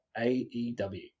AEW